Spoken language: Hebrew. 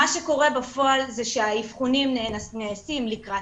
מה שקורה בפועל זה שהאבחונים נעשים לקראת